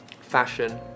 fashion